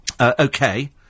Okay